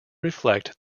reflect